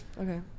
Okay